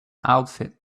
outfit